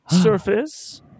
surface